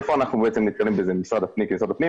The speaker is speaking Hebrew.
איפה אנחנו נתקלים בזה כמשרד הפנים?